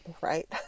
right